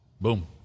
Boom